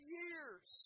years